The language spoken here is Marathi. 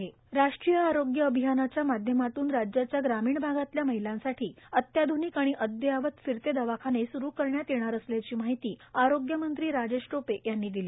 फिरते दवाखाने राष्ट्रीय आरोग्य अभियानाच्या माध्यमातून राज्याच्या ग्रामीण भागातल्या महिलांसाठी अत्याध्निक आणि अदययावत फिरते दवाखाने सुरू करणार असल्याची माहिती आरोग्यमंत्री राजेश टोपे यांनी दिली